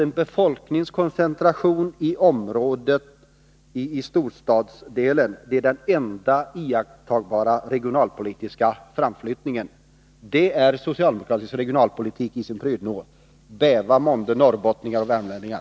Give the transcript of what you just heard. En befolkningskoncentration till storstadsdelen är den enda iakttagbara regionalpolitiska framflyttningen. Det är socialdemokratisk regionalpolitik i sin prydno. Bäva månde norrbottningar och värmlänningar!